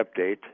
update